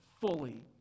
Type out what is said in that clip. fully